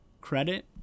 credit